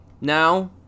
Now